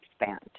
expand